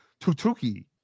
tutuki